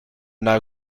now